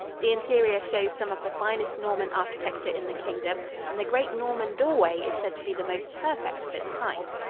the interior shows some of the finest norman architecture in the kingdom and the great norman doorway is said to be the most perfect of its kind.